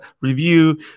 review